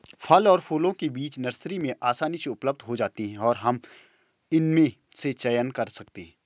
फल और फूलों के बीज नर्सरी में आसानी से उपलब्ध हो जाते हैं और हम इनमें से चयन कर सकते हैं